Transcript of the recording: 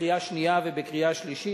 בקריאה שנייה ובקריאה שלישית.